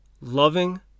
loving